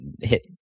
hit